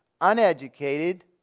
uneducated